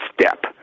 step